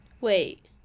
Wait